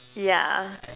yeah